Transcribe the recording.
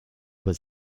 was